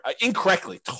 incorrectly